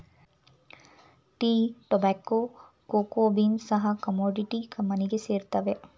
tea, tobacco, cocoa beans ಸಹ commodity ಮನಿಗೆ ಸೇರುತ್ತವೆ